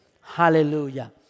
Hallelujah